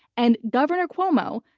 and governor cuomo,